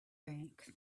banks